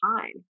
time